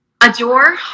Adore